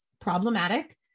problematic